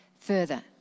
further